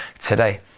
today